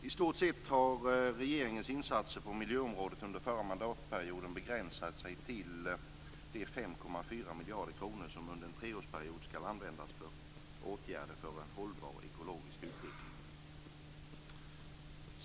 I stort sett har regeringens insatser på miljöområdet under förra mandatperioden begränsat sig till de 5,4 miljarder kronor som under en treårsperiod skall användas för åtgärder för en hållbar ekologisk utveckling.